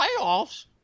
Playoffs